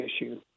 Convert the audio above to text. issue